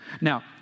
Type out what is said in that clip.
now